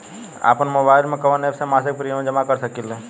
आपनमोबाइल में कवन एप से मासिक प्रिमियम जमा कर सकिले?